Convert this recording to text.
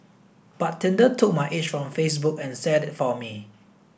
but Tinder took my age from Facebook and set it for me